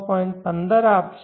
15 આપશે